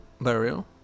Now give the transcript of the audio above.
burial